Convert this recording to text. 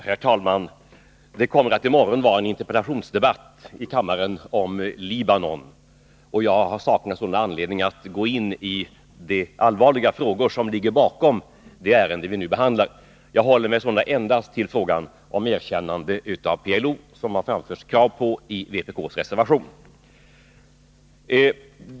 Herr talman! Det kommer i morgon i kammaren att föras en interpellationsdebatt om Libanon, och jag saknar således anledning att gå in i de allvarliga frågor som ligger bakom det ärende vi nu behandlar. Jag håller mig sålunda endast till frågan om erkännande av PLO, som det har framförts krav på i vpk:s reservation.